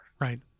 Right